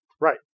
Right